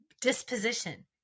disposition